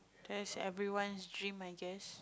that's everyone's dream I guess